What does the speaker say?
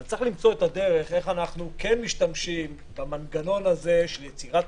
אבל צריך למצוא את הדרך איך אנחנו כן משתמשים במנגנון הזה של יצירת